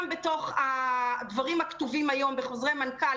גם בתוך הדברים הכתובים היום בחוזרי מנכ"ל